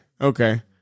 okay